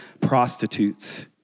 prostitutes